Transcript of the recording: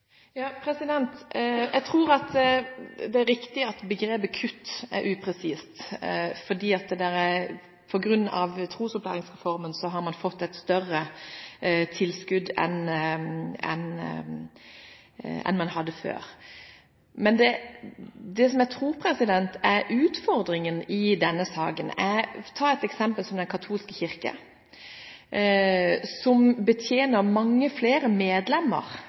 Jeg tror det er riktig at begrepet «kutt» er upresist, for på grunn av trosopplæringsreformen har man fått et større tilskudd enn man hadde før. Det som jeg tror er utfordringen i denne saken, er: Ta et eksempel som Den katolsk kirke, som på grunn av medlemsstrukturen som Den katolske kirke har, betjener mange flere medlemmer